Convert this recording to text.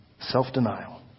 Self-denial